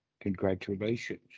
Congratulations